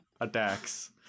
attacks